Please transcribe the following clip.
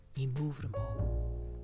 immovable